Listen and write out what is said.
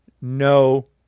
No